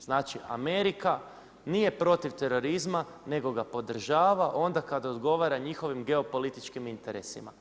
Znači Amerika nije protiv terorizma nego ga podržava onda kada odgovara njihovim geopolitičkim interesima.